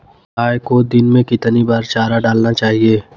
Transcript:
गाय को दिन में कितनी बार चारा डालना चाहिए?